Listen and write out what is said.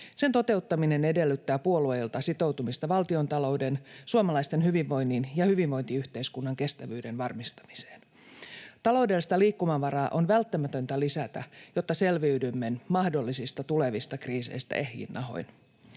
Sen toteuttaminen edellyttää puolueilta sitoutumista valtionta-louden, suomalaisten hyvinvoinnin ja hyvinvointiyhteiskunnan kestävyyden varmistamiseen. Taloudellista liikkumavaraa on välttämätöntä lisätä, jotta selviydymme mahdollisista tulevista kriiseistä ehjin nahoin.